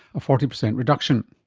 a forty percent reduction!